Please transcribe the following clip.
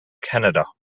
canada